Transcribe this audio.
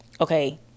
okay